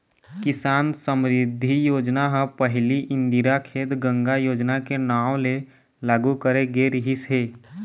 किसान समरिद्धि योजना ह पहिली इंदिरा खेत गंगा योजना के नांव ले लागू करे गे रिहिस हे